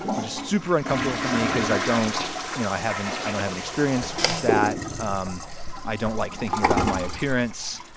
which is super uncomfortable for me because i don't you know, i haven't i don't have an experience with that. um i don't like thinking about my appearance.